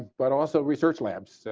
but also research labs,